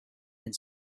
and